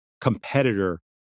competitor